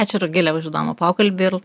ačiū rugile už įdomų pokalbį ir